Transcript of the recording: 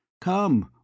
Come